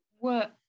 work